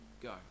go